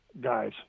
guys